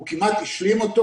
הוא כמעט השלים אותו.